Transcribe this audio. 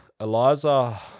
Eliza